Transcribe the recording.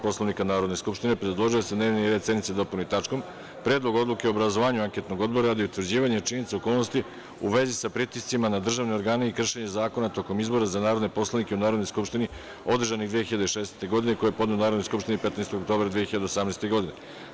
Poslovnika Narodne skupštine predložio je da se dnevni red sednice dopuni tačkom – Predlog odluke o obrazovanju anketnog odbora radi utvrđivanja činjenica i okolnosti u vezi sa pritiscima na državne organe i kršenje zakona tokom izbora za narodne poslanike u Narodnoj skupštini održanih 2016. godine, koji je podneo Narodnoj skupštini 15. oktobra 2018. godine.